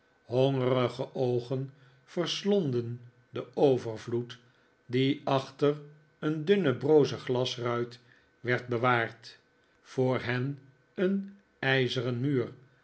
hongerige oogen verslonden den overvloed die achter een dunne broze glasruit werd bewaard voor hen een ijzeren muur